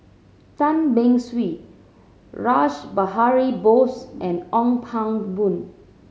Tan Beng Swee Rash Behari Bose and Ong Pang Boon